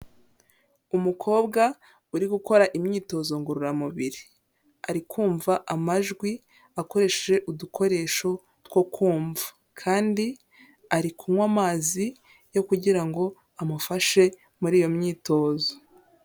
Umukobwa uri gukora imyitozo ngororamubiri; ari kumva amajwi akoresheje udukoresho two kumva; kandi ari kunywa amazi yo kugira ngo amufashe muri iyo myitozo.